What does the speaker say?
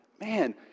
Man